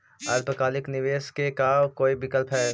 अल्पकालिक निवेश के का कोई विकल्प है?